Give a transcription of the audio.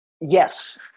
Yes